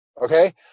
okay